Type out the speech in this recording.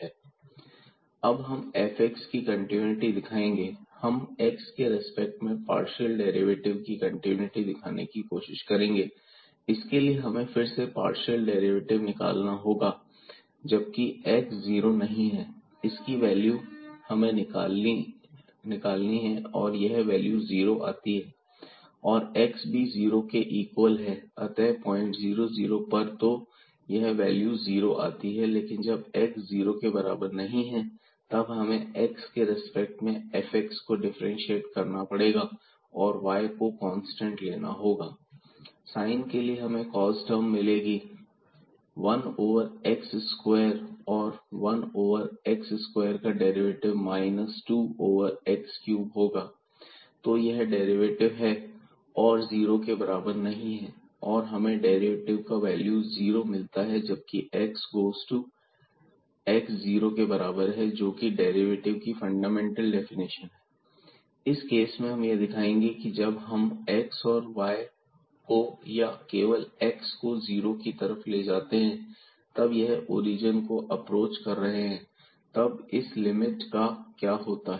fxxy 2y3x3cos 1x2 x≠0 0x0 अब हम इस fx की कंटिन्यूटी दिखाएंगे हम x के रिस्पेक्ट में पार्शियल डेरिवेटिव की कंटिन्यूटी दिखाने की कोशिश करेंगे इसके लिए हमें फिर से पार्शियल डेरिवेटिव निकालना होगा जबकि x जीरो नहीं है इसकी वैल्यू हमने निकाली है और यह वैल्यू जीरो आती है और x भी जीरो के इक्वल है अतः पॉइंट 00 पर तो यह वैल्यू जीरो आती है लेकिन जब x जीरो के बराबर नहीं है तब हमें x के रेस्पेक्ट में fx को डिफरेंशिएट करना पड़ेगा और y को कांस्टेंट लेना होगा Sine के लिए हमें cos टर्म मिलेगी वन ओवर x स्क्वायर और 1 ओवर x स्क्वायर का derivative minus 2 over x cube होगा तो यह डेरिवेटिव है और 0 के बराबर नहीं है और हमें डेरिवेटिव का वैल्यू जीरो मिलता है जबकि एक्स जीरो के बराबर है जोकि डेरिवेटिव की फंडामेंटल डेफिनेशन है इस केस में हम यह दिखाएंगे की जब हम x और y को या केवल x को जीरो की तरफ ले जाते हैं या हम ओरिजन को एप्रोच कर रहे हैं तब इस लिमिट का क्या होता है